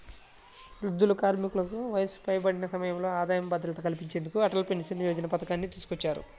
వృద్ధులు, కార్మికులకు వయసు పైబడిన సమయంలో ఆదాయ భద్రత కల్పించేందుకు అటల్ పెన్షన్ యోజన పథకాన్ని తీసుకొచ్చారు